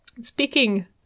speaking